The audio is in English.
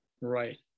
right